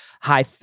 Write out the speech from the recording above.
high